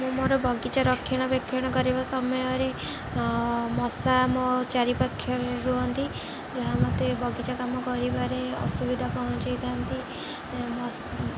ମୁଁ ମୋରେ ବଗିଚା ରକ୍ଷଣାବେକ୍ଷଣ କରିବା ସମୟରେ ମଶା ମୋ ଚାରିପାଖରେ ରୁହନ୍ତି ଯାହା ମୋତେ ବଗିଚା କାମ କରିବାରେ ଅସୁବିଧା ପହଞ୍ଚେଇଥାନ୍ତି